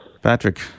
Patrick